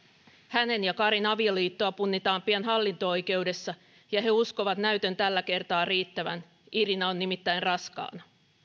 hänen ja karin avioliittoa punnitaan pian hallinto oikeudessa ja he uskovat näytön tällä kertaa riittävän irina on nimittäin raskaana